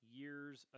years